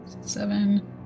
seven